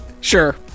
Sure